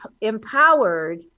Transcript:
empowered